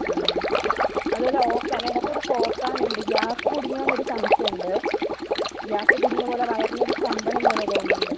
ആ അതുപോലെ ഓക്കാനം ഇടയ്ക്ക് ഇടയ്ക്ക് ഓക്കാനം ഉണ്ട് ഗ്യാസ് കുടുങ്ങിയോ എന്ന് ഒരു സംശയം ഉണ്ട് ഗ്യാസ് കുടുങ്ങിയ പോലെ വയറിന് ഒരു സ്തംഭനം പോലെ തോന്നുന്നുണ്ട്